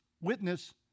witness